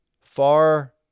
far